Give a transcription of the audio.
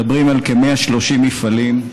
מדברים על כ-130 מפעלים,